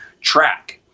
track